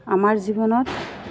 আমাৰ জীৱনত